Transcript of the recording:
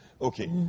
Okay